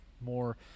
more